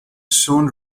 soon